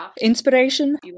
inspiration